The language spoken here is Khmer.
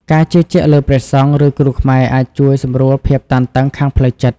ការជឿជាក់លើព្រះសង្ឃ ឬគ្រូខ្មែរអាចជួយសម្រួលភាពតានតឹងខាងផ្លូវចិត្ត។